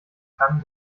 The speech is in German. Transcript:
kann